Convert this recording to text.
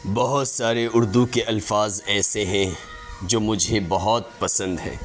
بہت سارے اردو کے الفاظ ایسے ہیں جو مجھے بہت پسند ہیں